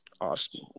Awesome